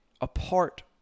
apart